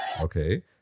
okay